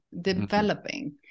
developing